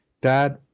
Dad